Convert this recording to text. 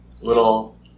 Little